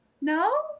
No